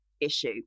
issue